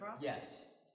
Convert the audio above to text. Yes